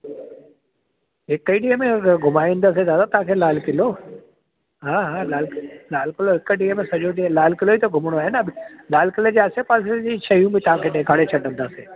हिकु ई ॾींहं में घुमाए ईंदासीं दादा तव्हांखे लाल क़िलो हा हा लाल लाल क़िलो हिकु ॾींहं में सॼो ॾींहुं लाल क़िलो ई घुमिणो आहे न लाल क़िले जी आसे पासे जी शयूं बि तव्हांखे ॾेखारे छॾिंदासीं